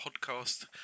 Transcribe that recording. podcast